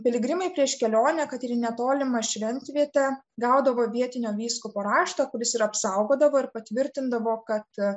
piligrimai prieš kelionę kad ir į netolimą šventvietę gaudavo vietinio vyskupo raštą kuris ir apsaugodavo ir patvirtindavo kad